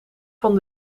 van